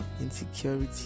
insecurity